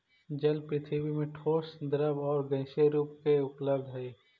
जल पृथ्वी में ठोस द्रव आउ गैसीय रूप में उपलब्ध हई